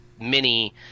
mini